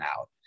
out